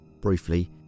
Briefly